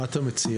מה אתה מציע?